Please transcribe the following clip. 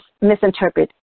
misinterpret